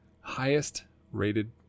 highest-rated